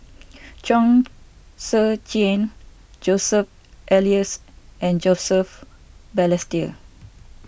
Chong Tze Chien Joseph Elias and Joseph Balestier